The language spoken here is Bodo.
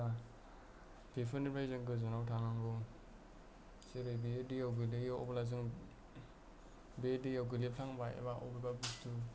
बेफोरनिफ्राय जोङो गोजानाव थानांगौ जेरै बेयो दैयाव गोग्लैयो अब्ला जों बे दैयाव गोग्लैफ्लांबाय एबा अबेबा